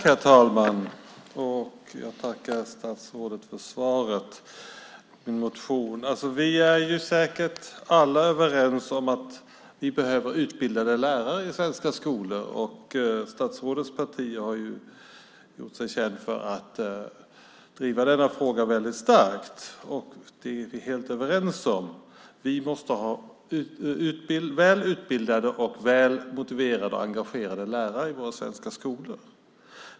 Herr talman! Jag tackar statsrådet för svaret på min interpellation. Vi är säkert alla överens om att vi behöver utbildade lärare i svenska skolor. Statsrådets parti har ju gjort sig känt för att driva denna fråga väldigt hårt. Vi är alltså helt överens om att vi måste ha väl utbildade, motiverade och engagerade lärare i våra skolor.